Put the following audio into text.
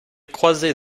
croisée